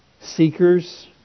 seekers